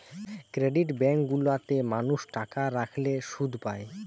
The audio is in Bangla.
ক্রেডিট বেঙ্ক গুলা তে মানুষ টাকা রাখলে শুধ পায়